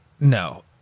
no